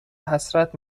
حسرت